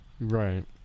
Right